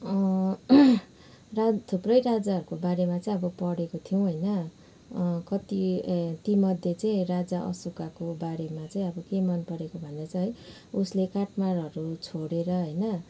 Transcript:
थुप्रै राजाहरूको बारेमा चाहिँ पढेको थियौँ होइन कति ए ती मध्ये चाहिँ राजा अशोकाको बारेमा चाहिँ अब के मन परेको भन्दा चाहिँ है उसले काटमारहरू छोडेर होइन